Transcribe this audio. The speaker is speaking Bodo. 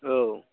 औ